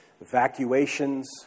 evacuations